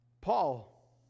Paul